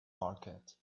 market